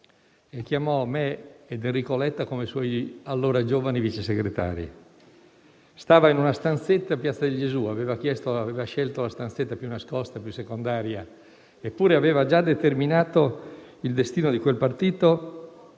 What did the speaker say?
e chiamò me ed Enrico Letta come suoi, allora giovani, vice segretari. Egli stava in una stanzetta di piazza del Gesù. Aveva scelto la stanzetta più nascosta e più secondaria: eppure aveva già determinato il destino di quel partito